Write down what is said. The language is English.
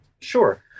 Sure